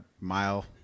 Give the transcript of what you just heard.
mile